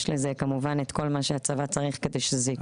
יש לזה כמובן את כל מה שהצבא צריך כדי שזה יקרה.